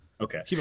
Okay